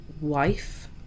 wife